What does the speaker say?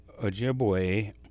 Ojibwe